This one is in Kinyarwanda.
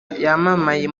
yamamaye